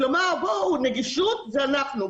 כלומר, נגישות זה אנחנו.